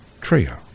Trio